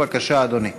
בבקשה, אדוני.